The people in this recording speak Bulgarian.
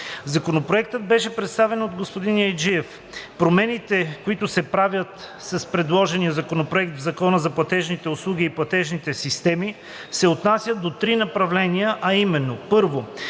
Законопроектът беше представен от господин Яйджиев. Промените, които се правят с предложения законопроект в Закона за платежните услуги и платежните системи, се отнасят до три направления, а именно: 1.